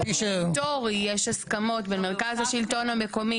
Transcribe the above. באופן היסטורי יש הסכמות בין מרכז השלטון המקומי